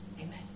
Amen